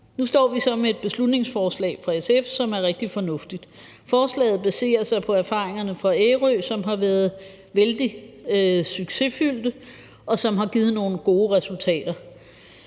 Nu står vi så med et beslutningsforslag fra SF, som er rigtig fornuftigt. Forslaget baserer sig på erfaringerne fra Ærø, som har været vældig succesfyldte, og som har givet nogle gode resultater.